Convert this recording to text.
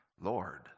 Lord